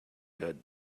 good